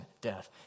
death